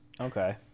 Okay